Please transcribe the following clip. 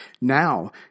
Now